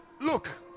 Look